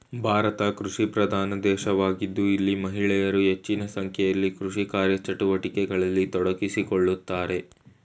ಭಾರತ ಕೃಷಿಪ್ರಧಾನ ದೇಶವಾಗಿದ್ದು ಇಲ್ಲಿ ಮಹಿಳೆಯರು ಹೆಚ್ಚಿನ ಸಂಖ್ಯೆಯಲ್ಲಿ ಕೃಷಿ ಕಾರ್ಯಚಟುವಟಿಕೆಗಳಲ್ಲಿ ತೊಡಗಿಸಿಕೊಳ್ಳುತ್ತಾರೆ